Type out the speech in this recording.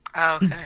Okay